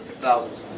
thousands